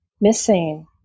missing